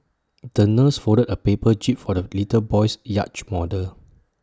the nurse folded A paper jib for the little boy's yacht model